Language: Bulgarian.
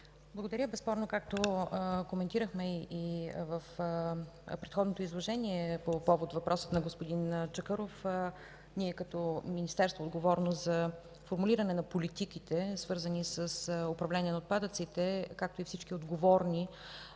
Благодаря. Безспорно, както коментирахме и в предходното изложение по повод въпроса на господин Чакъров, ние като министерство, отговорно за формулиране на политиките, свързани с управление на отпадъците, както и всички отговорни